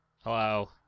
Hello